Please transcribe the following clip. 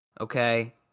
Okay